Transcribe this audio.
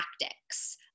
tactics